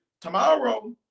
Tomorrow